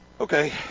Okay